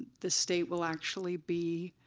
the state will actually be